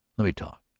let me talk!